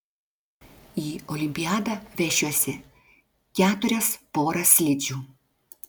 į olimpiadą vešiuosi keturias poras slidžių